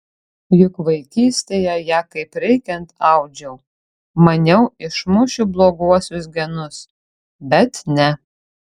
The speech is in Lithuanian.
juk vaikystėje ją kaip reikiant audžiau maniau išmušiu bloguosius genus bet ne